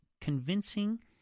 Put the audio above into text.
convincing